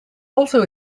also